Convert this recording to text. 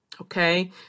Okay